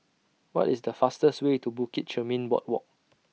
What IS The fastest Way to Bukit Chermin Boardwalk